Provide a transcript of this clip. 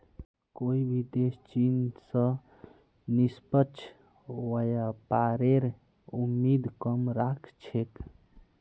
कोई भी देश चीन स निष्पक्ष व्यापारेर उम्मीद कम राख छेक